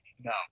No